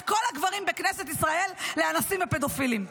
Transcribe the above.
כל הגברים בכנסת ישראל לאנסים ופדופילים.